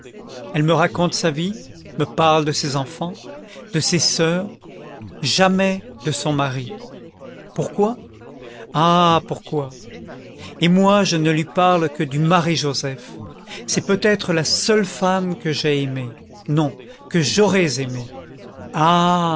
elle me raconte sa vie me parle de ses enfants de ses soeurs jamais de son mari pourquoi ah pourquoi et moi je ne lui parle que du marie joseph c'est peut-être la seule femme que j'aie aimée non que j'aurais aimée ah